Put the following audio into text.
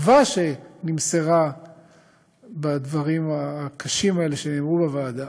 התקווה שנמסרה בדברים הקשים האלה שנאמרו בוועדה.